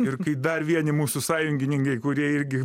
ir kai dar vieni mūsų sąjungininkai kurie irgi